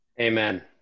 Amen